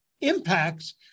impacts